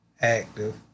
Active